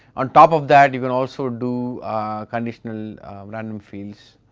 on top of that you can also do conditional random fills,